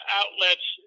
outlets